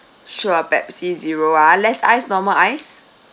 sure Pepsi Zero uh less ice normal ice